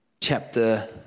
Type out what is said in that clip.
chapter